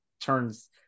turns